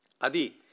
Adi